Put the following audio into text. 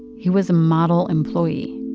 he was a model employee.